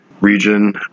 region